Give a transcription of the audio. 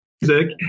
music